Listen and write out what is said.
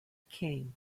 king